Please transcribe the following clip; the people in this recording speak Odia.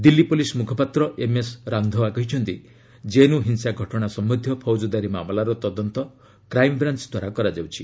ଦିଲ୍ଲୀ ପୁଲିସ୍ ମୁଖପାତ୍ର ଏମ୍ଏସ୍ ରାନ୍ଧୱା କହିଛନ୍ତି ଜେଏନ୍ୟୁ ହିଂସା ଘଟଣା ସମ୍ଭନ୍ଧୀୟ ଫୌଜଦାରୀ ମାମଲାର ତଦନ୍ତ କ୍ରାଇମ୍ବ୍ରାଞ୍ଚ ଦ୍ୱାରା କରାଯାଉଛି